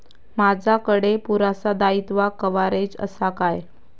माजाकडे पुरासा दाईत्वा कव्हारेज असा काय?